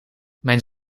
mijn